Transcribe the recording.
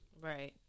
Right